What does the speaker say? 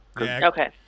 Okay